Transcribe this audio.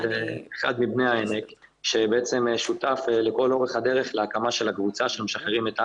אחד מבני העמק ששותף לכל אורך הדרך להקמת הקבוצה של משחררים את האסי,